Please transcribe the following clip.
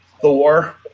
Thor